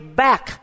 back